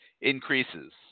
increases